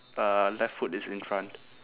uh left foot is in front